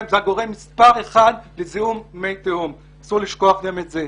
הוא הגורם מספר אחד לזיהום מי תהום ואסור לשכוח את זה.